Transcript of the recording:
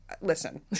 listen